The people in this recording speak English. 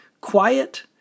quiet